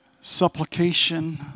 Supplication